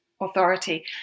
authority